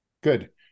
good